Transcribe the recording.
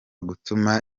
gutuma